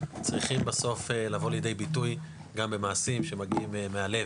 צריכים בסוף לבוא לידי ביטוי גם במעשים שמגיעים מהלב.